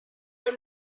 the